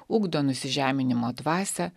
ugdo nusižeminimo dvasią